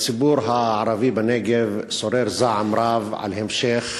בציבור הערבי בנגב שורר זעם רב על המשך